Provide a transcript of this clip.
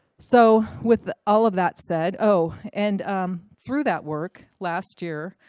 so with all of that said oh, and through that work, last year,